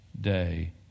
day